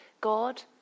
God